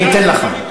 אני אתן לך.